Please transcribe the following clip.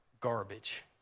garbage